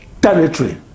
territory